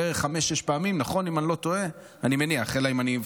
בערך חמש-שש פעמים, נכון, אם אני לא טועה?